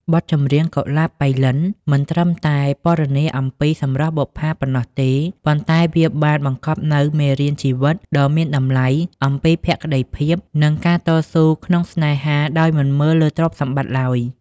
បទចម្រៀង "កុលាបប៉ៃលិន" មិនត្រឹមតែពណ៌នាអំពីសម្រស់បុប្ផាប៉ុណ្ណោះទេ ប៉ុន្តែវាបានបង្កប់នូវមេរៀនជីវិតដ៏មានតម្លៃអំពីភក្តីភាព និងការតស៊ូក្នុងស្នេហាដោយមិនមើលលើទ្រព្យសម្បត្តិឡើយ។